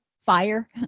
fire